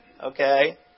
Okay